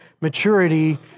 maturity